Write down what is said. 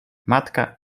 matka